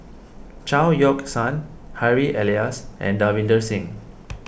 Chao Yoke San Harry Elias and Davinder Singh